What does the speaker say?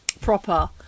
proper